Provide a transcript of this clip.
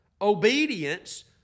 Obedience